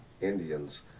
Indians